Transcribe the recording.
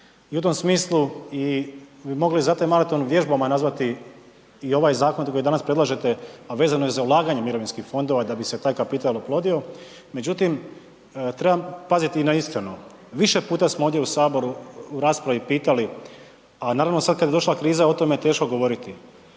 i u tom smislu bi mogli za taj maraton vježbama nazvati i ovaj zakon koji danas predlažete, a vezano je za ulaganje mirovinskih fondova da bi se taj kapital oplodio, međutim, trebam paziti i na ishranu. Više puta smo ovdje u Saboru u raspravi pitali, a naravno, sad kad je došla kriza, o tome je teško govoriti.